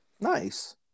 Nice